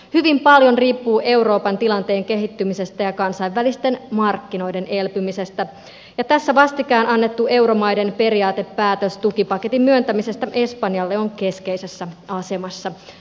hyvin paljon riippuu euroopan tilanteen kehittymisestä ja kansainvälisten markkinoiden elpymisestä ja tässä vastikään annettu euromaiden periaatepäätös tukipaketin myöntämisestä espanjalle on keskeisessä asemassa